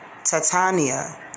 Tatania